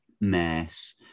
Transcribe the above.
mess